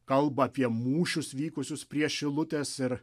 kalba apie mūšius vykusius prie šilutės ir